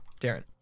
Darren